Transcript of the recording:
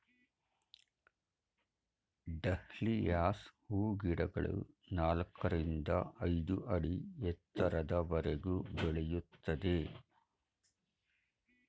dahlias ಹೂಗಿಡಗಳು ನಾಲ್ಕರಿಂದ ಐದು ಅಡಿ ಎತ್ತರದವರೆಗೂ ಬೆಳೆಯುತ್ತವೆ